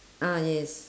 ah yes